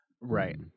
Right